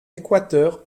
équateur